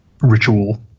ritual